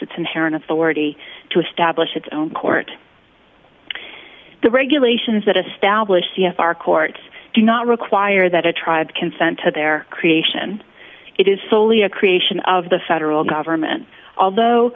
its inherent authority to establish its own court the regulations that establish c f r courts do not require that a tribe consent to their creation it is solely a creation of the federal government although